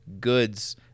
goods